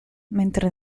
mentre